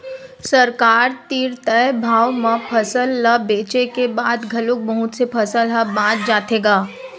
सरकार तीर तय भाव म फसल ल बेचे के बाद घलोक बहुत से फसल ह बाच जाथे गा